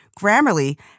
Grammarly